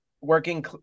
working